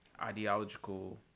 ideological